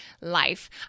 life